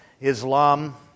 Islam